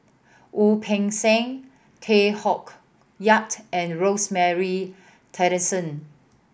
Wu Peng Seng Tay Koh Yat and Rosemary Tessensohn